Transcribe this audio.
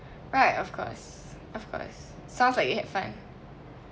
right of course of course sounds like you had fun